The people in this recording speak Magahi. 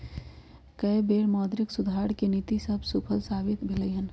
कय बेर मौद्रिक सुधार के नीति सभ सूफल साबित भेलइ हन